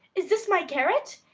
is this my garret?